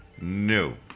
no